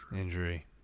injury